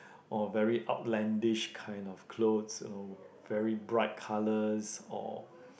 or very outlandish kind of clothes or very bright colours or